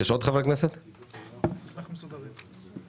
יש עוד חברי כנסת שיש להם הצעה לסדר?